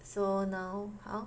so now how